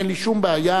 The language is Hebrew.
אין לי שום בעיה,